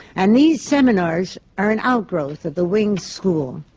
and these seminars are an outgrowth of the wing's school,